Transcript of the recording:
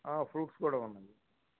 fruits కూడా ఉన్నాయి